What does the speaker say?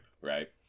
right